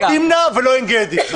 לא תמנע ולא עין גדי.